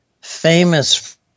famous